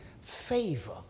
favor